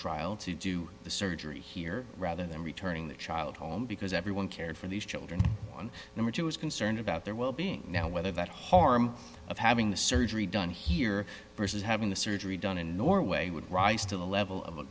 trial to do the surgery here rather than returning the child home because everyone cared for these children one number two is concerned about their well being now whether that harm of having the surgery done here versus having the surgery done in norway would rise to the level of a